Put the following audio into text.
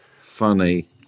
funny